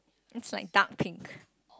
it's like dark pink